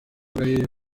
ubundi